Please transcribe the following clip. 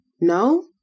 No